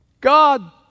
God